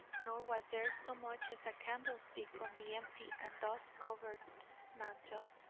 nor was there so much as a candlestick on the empty and dust-covered mantel.